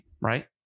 right